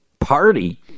party